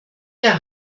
der